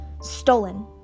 Stolen